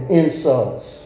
insults